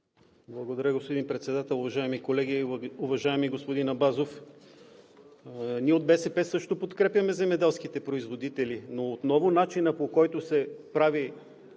Благодаря, господин Председател. Уважаеми колеги! Уважаеми господин Абазов, ние от БСП също подкрепяме земеделските производители, но отново начинът, по който се прави...